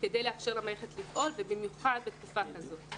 כדי לאפשר למערכת לפעול ומיוחד בתקופה כזאת.